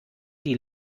die